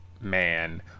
man